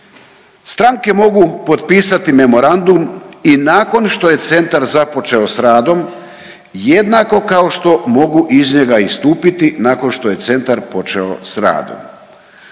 Stranke mogu potpisati memorandum i nakon što je centar započeo sa radom jednako kao što mogu iz njega istupiti nakon što je centar počeo sa radom.